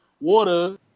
water